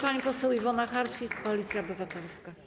Pani poseł Iwona Hartwich, Koalicja Obywatelska.